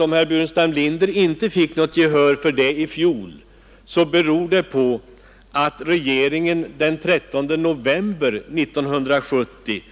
Om herr Burenstam Linder inte fick något gehör för detta i fjol, så berodde det nämligen på att regeringen den 13 november 1970